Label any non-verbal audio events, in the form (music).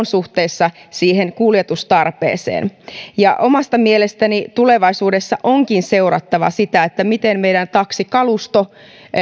(unintelligible) suhteessa kuljetustarpeeseen omasta mielestäni tulevaisuudessa onkin seurattava sitä miten meidän taksikalustomme